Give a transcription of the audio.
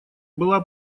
была